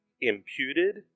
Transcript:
Imputed